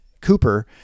Cooper